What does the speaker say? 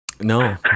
no